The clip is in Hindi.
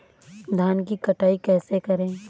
धान की कटाई कैसे करें?